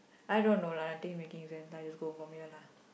I don't know lah I think making just go from here lah